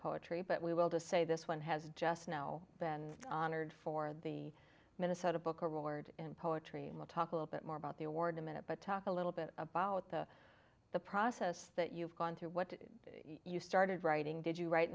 poetry but we will just say this one has just now been honored for the minnesota book award and poetry and we'll talk a little bit more about the award a minute but talk a little bit about the the process that you've gone through what you started writing did you write